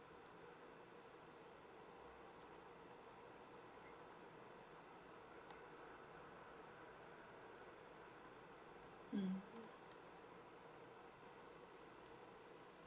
mm